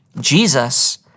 Jesus